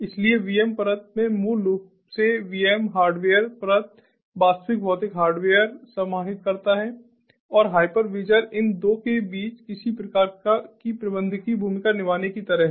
इसलिए VM परत में मूल रूप से VMs हार्डवेयर परत वास्तविक भौतिक हार्डवेयर समाहित करता है और हाइपरविजर इन 2 के बीच किसी प्रकार की प्रबंधकीय भूमिका निभाने की तरह है